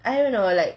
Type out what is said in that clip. I don't know like